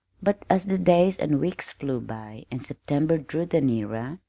but as the days and weeks flew by and september drew the nearer,